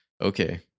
okay